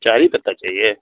چار ہی پتا چاہیے